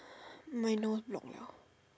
my nose blocked liao